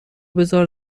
بزار